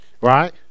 Right